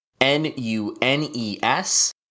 N-U-N-E-S